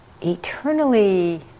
eternally